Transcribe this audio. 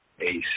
Ace